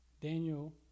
Daniel